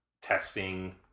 testing